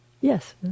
Yes